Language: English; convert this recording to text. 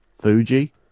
Fuji